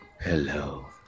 Hello